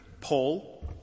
Paul